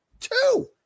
two